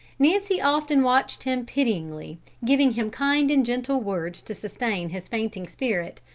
nancy often watched him pityingly, giving him kind and gentle words to sustain his fainting spirit,